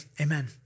amen